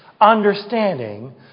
understanding